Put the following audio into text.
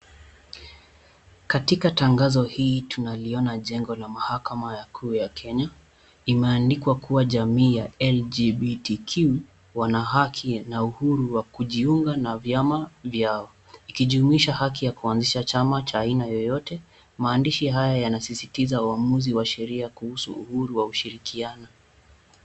Katika tangazo hii tunaliona jengo la mahakama kuu ya Kenya imeandikwa kuwa jamii ya LGBTQ wana haki na uhuru wa kujiunga na vyama vyao. Ikijumuisha haki ya kuanzisha chama cha aina yoyote. Maandishi haya yanasisitiza uamuzi wa sheria kuhusu uhuru wa ushirikiano.